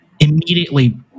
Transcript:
Immediately